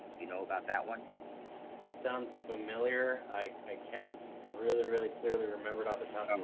you know about that one it sounds familiar. i i can't really really clearly remember it off the top um